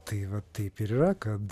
tai va taip yra kad